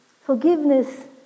Forgiveness